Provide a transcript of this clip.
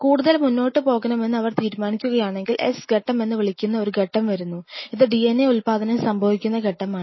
കൂടുതൽ മുന്നോട്ട് പോകണമെന്ന് അവർ തീരുമാനിക്കുകയാണെങ്കിൽ S ഘട്ടം എന്ന് വിളിക്കുന്ന ഒരു ഘട്ടം വരുന്നു ഇത് DNA ഉത്പാദനം സംഭവിക്കുന്ന ഘട്ടമാണ്